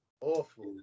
Awful